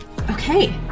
Okay